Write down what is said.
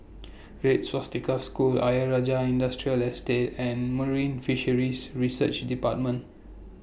Red Swastika School Ayer Rajah Industrial Estate and Marine Fisheries Research department